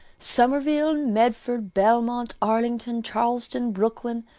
somerville, medford, belmont, arlington, charlestown, brookline,